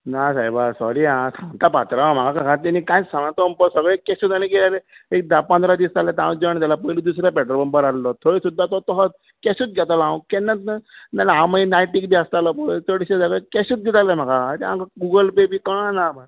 ना सायबा सॉरी आ सांगता पात्रांवाक आमकां तेणी कांयच सांगूंक ना तो म्हणपाक लागलो सगळें कॅशूच घेया रे एक धा पंदरा दीस जाल्यात हांव जॉयन जाला पयलीं दुसऱ्या पेट्रोल पंपार आहलो थंय सुद्दा तो तोहोच कॅशूच घेतालो हांव केन्नाच ना नाल्यार हांव मागीर नायटीक बी आसतालो पळय चडशे जाल्यार कॅशूच दिताले म्हाका आनी तें आमकां गुगल पे बी कळना